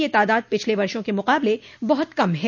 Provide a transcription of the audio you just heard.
यह तादाद पिछले वर्षो के मुकाबले बहुत कम है